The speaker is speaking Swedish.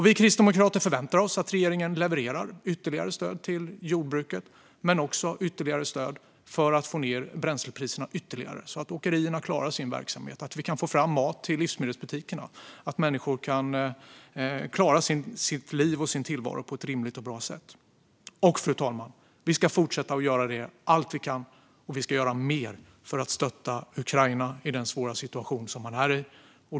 Vi kristdemokrater förväntar oss att regeringen levererar ytterligare stöd till jordbruket och för att få ned bränslepriserna ytterligare, så att åkerierna klarar sin verksamhet så att vi kan få fram mat till livsmedelsbutikerna och att människor kan klara sitt liv och sin tillvaro på ett rimligt och bra sätt. Fru talman! Vi ska fortsätta att göra allt vi kan, och vi ska göra mer för att stötta Ukraina i den svåra situation som man är i.